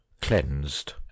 cleansed